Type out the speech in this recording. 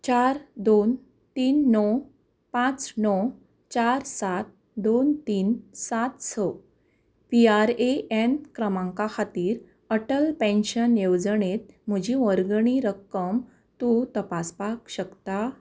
चार दोन तीन णव पांच णव चार सात दोन तीन सात स पी आर ए एन क्रमांका खातीर अटल पॅन्शन येवजणेंत म्हजी वर्गणी रक्कम तूं तपासपाक शकता